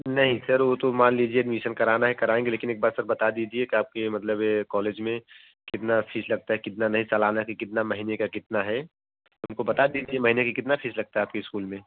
नहीं सर वो तो मान लीजिए एडमिशन कराना है करेंगे लेकिन एक बार सर बता दीजिए क्या आपके मतलब कॉलेज में कितना फीस लगता है कितना नहीं सलाना के कितने महीने का कितना है हम को बता दीजिए महीने के कितना फीस लगता है आपके स्कूल में